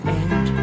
end